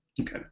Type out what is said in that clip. Okay